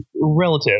relative